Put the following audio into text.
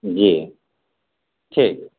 जी ठीक